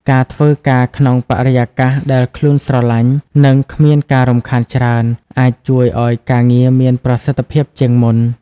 ការធ្វើការក្នុងបរិយាកាសដែលខ្លួនស្រឡាញ់ និងគ្មានការរំខានច្រើន អាចជួយឱ្យការងារមានប្រសិទ្ធភាពជាងមុន។